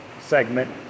segment